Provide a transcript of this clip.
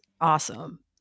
awesome